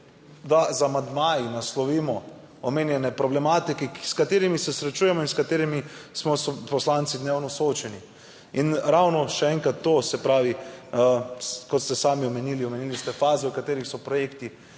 da z amandmaji naslovimo omenjene problematike, s katerimi se srečujemo in s katerimi smo poslanci dnevno soočeni. In ravno, še enkrat, to, se pravi, kot ste sami omenili, omenili ste faze, v katerih so projekti,